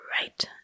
right